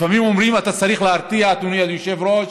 לפעמים אומרים: אתה צריך להרתיע, אדוני היושב-ראש,